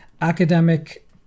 academic